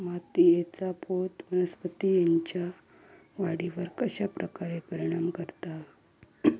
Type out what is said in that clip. मातीएचा पोत वनस्पतींएच्या वाढीवर कश्या प्रकारे परिणाम करता?